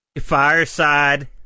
Fireside